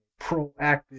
proactive